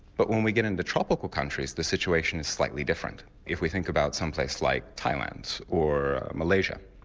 but when we get into tropical countries the situation is slightly different if we think about some place like thailand or malaysia,